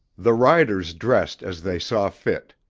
the riders dressed as they saw fit.